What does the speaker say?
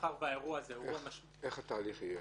מאחר שהאירוע הזה --- איך התהליך יהיה?